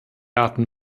arten